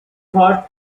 thought